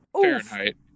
Fahrenheit